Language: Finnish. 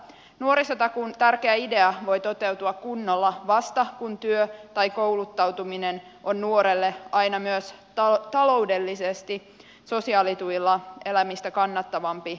nuorisotakuun tärkeä idea voi toteutua kunnolla vasta kun työ tai kouluttautuminen on nuorelle aina myös taloudellisesti sosiaalituilla elämistä kannattavampi vaihtoehto